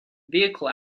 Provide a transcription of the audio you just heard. vehicle